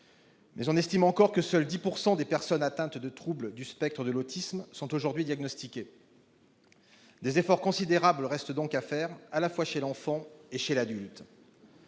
mais on estime encore que seulement 10 % des personnes atteintes de troubles du spectre de l'autisme sont aujourd'hui diagnostiquées. Des efforts considérables restent donc à faire, à la fois chez l'enfant et chez l'adulte.